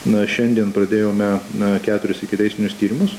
na šiandien pradėjome na keturis ikiteisminius tyrimus